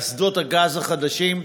אסדות הגז החדשות.